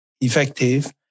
effective